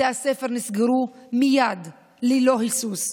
בתי הספר נסגרו מייד ללא היסוס.